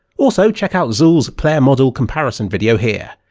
also check out zool's playermodel comparison video here.